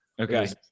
Okay